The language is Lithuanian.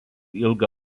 ilgą